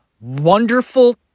wonderful